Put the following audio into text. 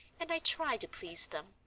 and i try to please them,